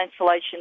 insulation